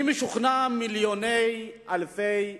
אני משוכנע שמיליוני, אלפי אירנים,